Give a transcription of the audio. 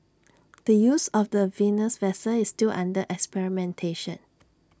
the use of the Venus vessel is still under experimentation